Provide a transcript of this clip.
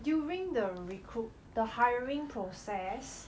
during the recruit the hiring process